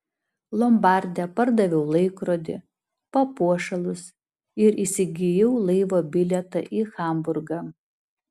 lombarde pardaviau laikrodį papuošalus ir įsigijau laivo bilietą į hamburgą